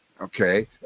Okay